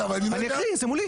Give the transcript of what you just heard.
אני אקריא, זה מולי.